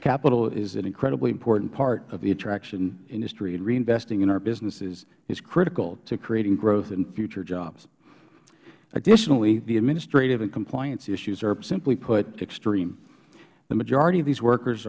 capital is an incredibly important part of the attraction industry and reinvesting in our businesses is critical to creating growth and future jobs additionally the administrative and compliance issues are simply put extreme the majority of these workers